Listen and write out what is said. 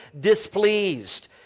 displeased